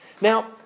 Now